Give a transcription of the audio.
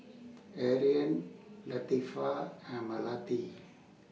Aryan Latifa and Melati